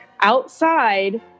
outside